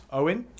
owen